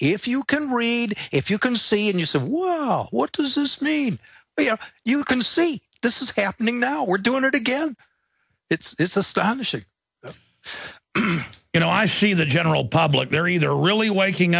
if you can read if you can see and use of well what does this mean you can see this is happening now we're doing it again it's astonishing you know i see the general public they're either really waking